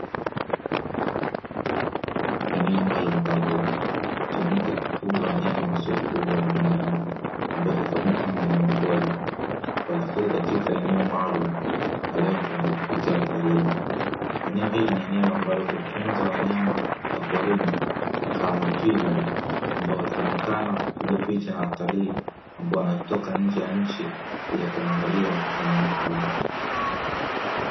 Eneo maalumu ambapo hutumika kufuga wanyama wasiofugwa na binadamu, ambao hufahamika kama wanyama pori. Wakifugwa katika eneo maalumu kwa lengo la kuvutia watalii. Eneo hili ni eneo ambalo hutunza wanyama wa porini kama twiga, ambao wakionekana kupigwa picha na watalii ambao wanatoka nje ya nchi kuja kuangalia kwa nyama hao.